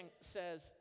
says